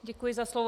Děkuji za slovo.